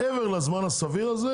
מעבר לזמן הסביר הזה